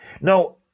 Now